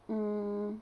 mm